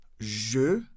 Je